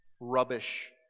rubbish